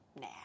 nah